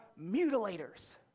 mutilators